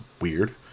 weird